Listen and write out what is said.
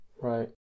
right